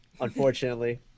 Unfortunately